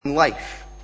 Life